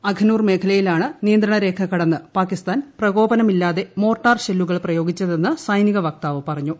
അഖ്നൂർ മേഖലയിലാണ് നിയന്ത്രണ രേഖ കടന്ന് പാകിസ്ഥാൻ പ്രകോപനമില്ലാതെ മോർട്ടാർ ഷെല്ലുകൾ പ്രയോഗിച്ചതെന്ന് സൈനിക വക്താവ് പറഞ്ഞു